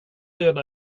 döda